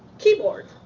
keyboard.